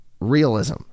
realism